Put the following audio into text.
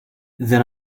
then